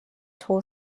toll